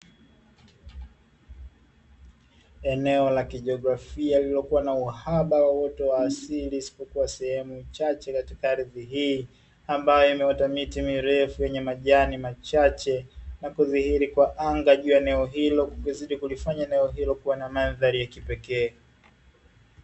Eneo la kijiografia lililokuwa na haba ya uoto wa asili isipokuwa sehemu chache katika ardhi hii, ambayo imeota miti mirefu yenye majani machache na kudhihili kwa anga juu ya eneo hilo kuzidi kuifanya eneo hilo kuwa na mandhari ya kipekee.